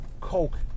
coke